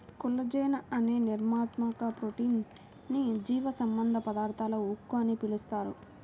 collagen అనే నిర్మాణాత్మక protein ని జీవసంబంధ పదార్థాల ఉక్కు అని పిలుస్తారు